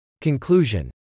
Conclusion